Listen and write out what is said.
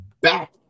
back